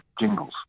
jingles